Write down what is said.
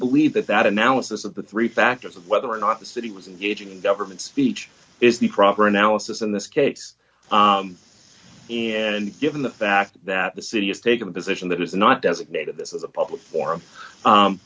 believe that that analysis of the three factors of whether or not the city was engaging in government speech is the proper analysis in this case and given the fact that the city has taken a position that is not designated this is a public forum